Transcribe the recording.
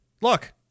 Look